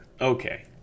Okay